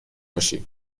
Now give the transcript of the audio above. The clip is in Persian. باشی